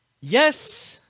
Yes